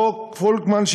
חוק פולקמן,